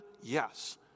Yes